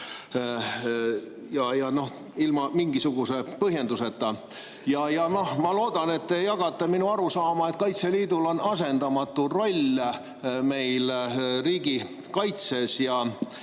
ja ilma mingisuguse põhjenduseta. Ma loodan, et te jagate minu arusaama, et Kaitseliidul on asendamatu roll meil riigikaitses,